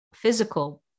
physical